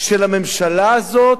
של הממשלה הזאת,